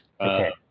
Okay